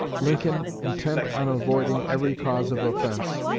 lincoln, intent on avoiding every cause of offense,